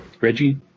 Reggie